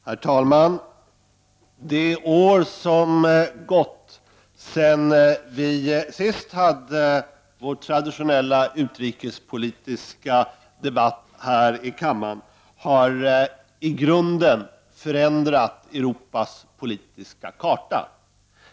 Herr talman! Under det år som har gått sedan vi senast hade vår traditionella utrikespolitiska debatt här i kammaren har Europas politiska karta i grunden förändrats.